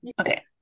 Okay